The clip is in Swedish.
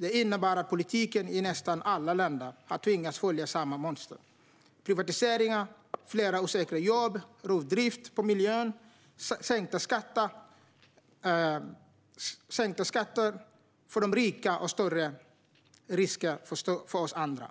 Det innebär att politiken i nästan alla länder har tvingats följa samma mönster: privatiseringar, fler osäkra jobb, rovdrift på miljön, sänkta skatter för de rika och större risker för oss andra.